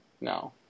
no